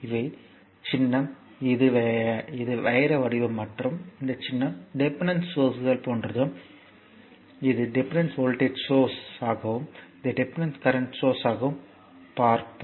எனவே சின்னம் இது வைர வடிவம் மற்றும் இந்த சின்னம் டிபெண்டன்ட் சோர்ஸ்கள் போன்றதும் இது டிபெண்டன்ட் வோல்ட்டேஜ் சோர்ஸ் ஆகவும் இது டிபெண்டன்ட் கரண்ட் சோர்ஸ் ஆகவும் பார்த்தோம்